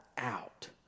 Out